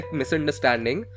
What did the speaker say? misunderstanding